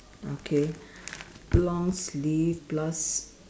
okay long sleeveless